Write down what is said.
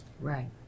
Right